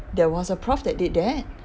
there was a prof that did that